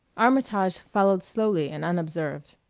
armitage followed slowly and unobserved.